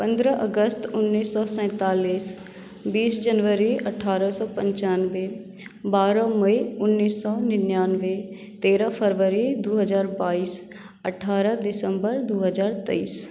पन्द्रह अगस्त उन्नीस सए सैंतालिस बीस जनवरी अठारह सए पंचानबे बारह मइ उन्नीस सए निन्यानबे तेरह फरवरी दू हजार बाइस अठारह दिसम्बर दू हजार तेइस